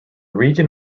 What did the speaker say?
region